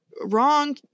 wrong